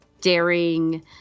daring –